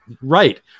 right